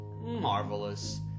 Marvelous